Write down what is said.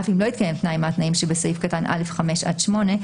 אף אם לא התקיים תנאי מהתנאים שבסעיף קטן (א)(5) עד (8),